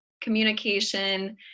Communication